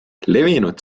levinud